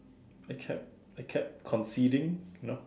I kept I kept conceding you know